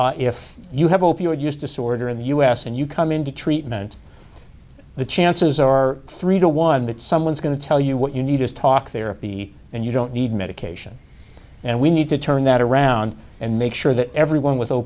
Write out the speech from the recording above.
if you have opioid use disorder in the us and you come into treatment the chances are three to one that someone's going to tell you what you need is talk therapy and you don't need medication and we need to turn that around and make sure that everyone w